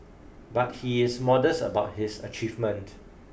but he is modest about his achievement